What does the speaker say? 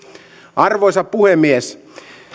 arvoisa puhemies